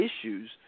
issues